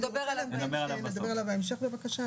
אנחנו נדבר עליו בהמשך.